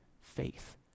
faith